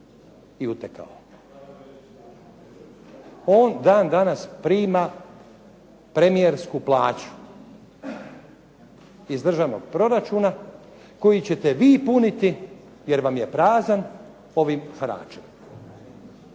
i utekao. On dan danas prima premijersku plaću iz državnog proračuna koji ćete vi puniti jer vam je prazan ovim haračem.